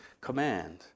command